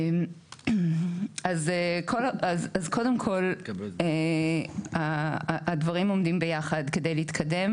אז קודם כל, הדברים עומדים ביחד, כדי להתקדם